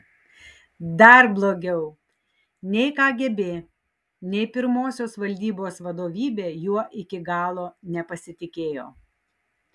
dar blogiau nei kgb nei pirmosios valdybos vadovybė juo iki galo nepasitikėjo